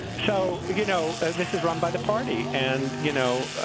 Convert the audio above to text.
so, you know, this is run by the party and, you know,